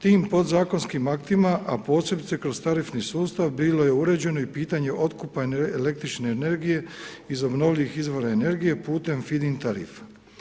Tim podzakonskim aktima a posebice kroz tarifni sustav bilo je uređeno i pitanje otkupa električne energije iz obnovljivih izvora energije putem Feed-in tarifa.